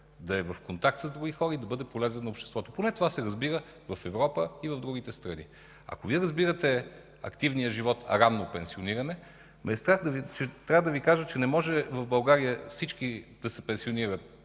да е в контакт с други хора и да бъде полезен на обществото. Поне това се разбира в Европа и в другите страни. Ако Вие разбирате активния живот като ранно пенсиониране, трябва да Ви кажа, че не може в България всички да се пенсионират